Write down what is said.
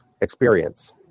experience